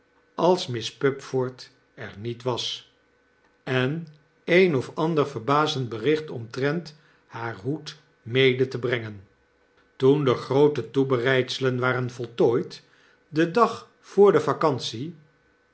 als miss pupford er niet was en een of ander verbazend bericht omtrent haar hoed mede te brengen toen de groote toebereidselen waren voltooid den dag voor de vacantie